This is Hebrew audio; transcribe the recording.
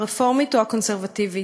הרפורמית או הקונסרבטיבית.